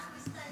יוליה,